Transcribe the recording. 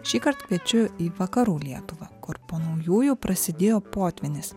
šįkart kviečiu į vakarų lietuvą kur po naujųjų prasidėjo potvynis